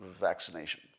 vaccination